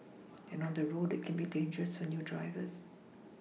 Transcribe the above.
and on the road it can be dangerous for new drivers